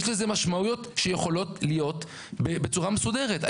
יש לזה משמעויות שיכולות להיות בצורה מסודרת.